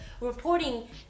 reporting